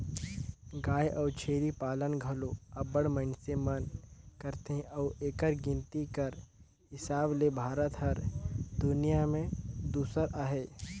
गाय अउ छेरी पालन घलो अब्बड़ मइनसे मन करथे अउ एकर गिनती कर हिसाब ले भारत हर दुनियां में दूसर अहे